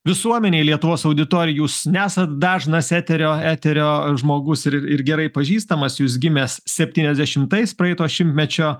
visuomenei lietuvos auditorijai jūs nesat dažnas eterio eterio žmogus ir ir gerai pažįstamas jūs gimęs septyniasdešimtais praeito šimtmečio